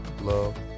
love